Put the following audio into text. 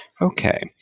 Okay